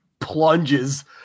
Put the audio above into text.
plunges